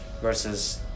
versus